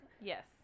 Yes